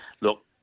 Look